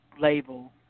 label